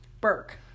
Burke